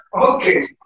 Okay